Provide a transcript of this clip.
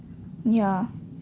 ya